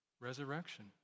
resurrection